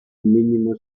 mínimo